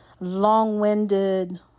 long-winded